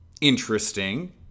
interesting